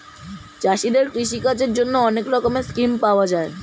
চাষীদের কৃষি কাজের জন্যে অনেক রকমের স্কিম পাওয়া যায়